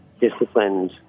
disciplined